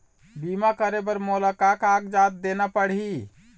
बीमा करे बर मोला का कागजात देना पड़ही?